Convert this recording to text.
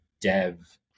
dev